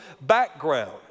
background